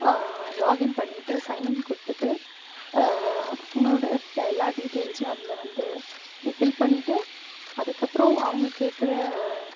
login பண்ணிவிட்டு sign in கொடுத்துட்டு உன்னோடய எல்லா டீட்டெயில்ஸுயும் அதில் வந்து நீ ஃபில் பண்ணிவிட்டு அதுக்கப்புறம் அவங்க கேட்குற